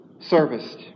serviced